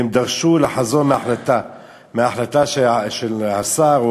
והם דרשו לחזור להחלטה של השר,